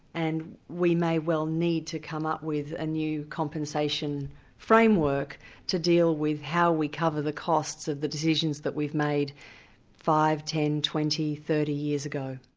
and we may well need to come up with a new compensation framework to deal with how we cover the costs of the decisions that we've made five, ten, twenty, thirty years ago.